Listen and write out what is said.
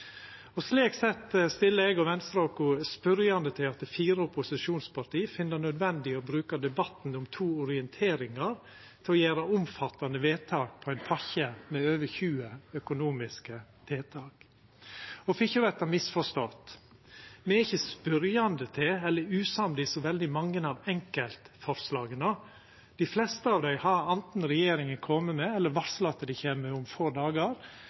Slik sett stiller eg og Venstre oss spørjande til at fire opposisjonsparti finn det nødvendig å bruka debatten om to orienteringar til å gjera omfattande vedtak på ein pakke med over 20 økonomiske tiltak. For ikkje å verta misforstått: Me er ikkje spørjande til eller usamde i så veldig mange av enkeltforslaga. Dei fleste av dei har regjeringa anten kome med eller varsla at ein kjem med om få dagar,